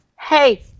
hey